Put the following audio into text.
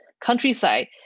countryside